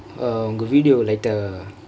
uh உங்க:ungka video light